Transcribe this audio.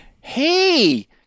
hey